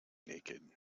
naked